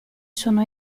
sono